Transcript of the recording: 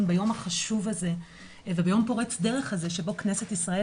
ביום החשוב הזה וביום פורץ דרך הזה שבו כנסת ישראל